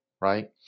right